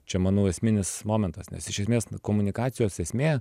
čia manau esminis momentas nes iš esmės komunikacijos esmė